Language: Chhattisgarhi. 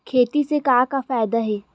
खेती से का का फ़ायदा हे?